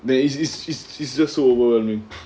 it's it's it's it's just so overwhelming